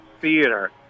theater